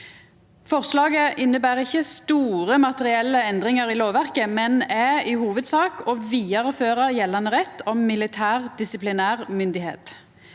Forslaget inneber ikkje store materielle endringar i lovverket, men er i hovudsak å vidareføra gjeldande rett om militær disiplinærmyndigheit.